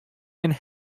and